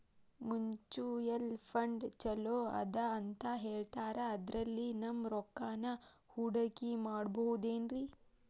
Mutual fund ಛಲೋ ಅದಾ ಅಂತಾ ಹೇಳ್ತಾರ ಅದ್ರಲ್ಲಿ ನಮ್ ರೊಕ್ಕನಾ ಹೂಡಕಿ ಮಾಡಬೋದೇನ್ರಿ?